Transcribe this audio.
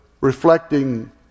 reflecting